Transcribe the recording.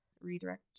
redirect